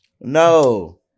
No